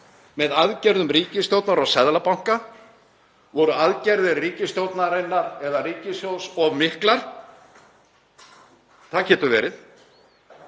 með aðgerðum ríkisstjórnar og Seðlabanka. Voru aðgerðir ríkisstjórnarinnar eða ríkissjóðs of miklar? Það getur verið.